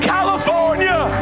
California